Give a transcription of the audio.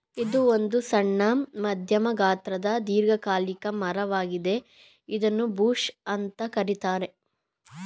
ಇದು ಒಂದು ಸಣ್ಣ ಮಧ್ಯಮ ಗಾತ್ರದ ದೀರ್ಘಕಾಲಿಕ ಮರ ವಾಗಿದೆ ಇದನ್ನೂ ಬುಷ್ ಅಂತ ಕರೀತಾರೆ